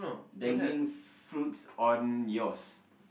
dangling fruits on yours